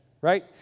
right